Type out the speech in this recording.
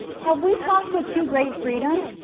have we talked with too great freedom?